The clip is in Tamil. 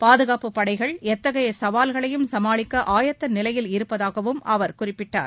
பாதுகாப்புப் படைகள் எத்தகைய சவால்களையும் சமாளிக்க ஆயத்த நிலையில் இருப்பதாகவும் அவர் குறிப்பிட்டார்